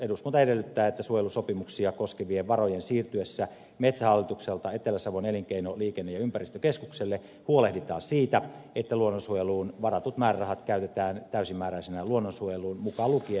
eduskunta edellyttää että suojelusopimuksia koskevien varojen siirtyessä metsähallitukselta etelä savon elinkeino liikenne ja ympäristökeskukselle huolehditaan siitä että luonnonsuojeluun varatut määrärahat käytetään täysimääräisesti luonnonsuojeluun mukaan lukien norpansuojelu